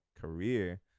career